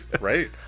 Right